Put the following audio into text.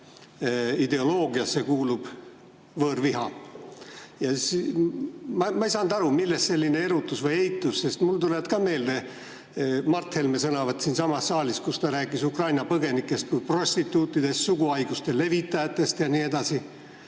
ideoloogiasse kuulub võõraviha. Ma ei saanud aru, millest selline erutus või eitus, sest mulle tuleb meelde Mart Helme sõnavõtt siinsamas saalis, kui ta rääkis Ukraina põgenikest kui prostituutidest, suguhaiguste levitajatest ja nii edasi.